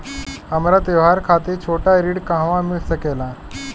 हमरा त्योहार खातिर छोटा ऋण कहवा मिल सकेला?